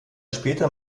später